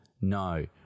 No